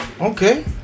Okay